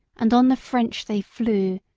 and on the french they flew,